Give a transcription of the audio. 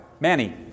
Manny